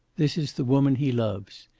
this is the woman he loves.